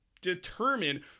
determine